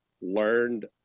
learned